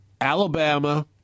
Alabama